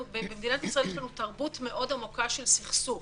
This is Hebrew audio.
במדינת ישראל יש לנו תרבות מאוד עמוקה של סכסוך